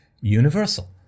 universal